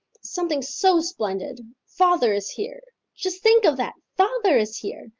something so splendid. father is here. just think of that! father is here!